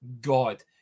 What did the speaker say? god